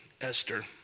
Esther